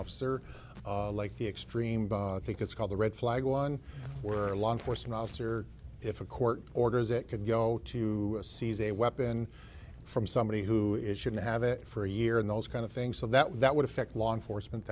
officer like the extreme think it's called the red flag one where law enforcement officer if a court orders it could go to seize a weapon from somebody who is shouldn't have it for a year and those kind of things so that that would affect law enforcement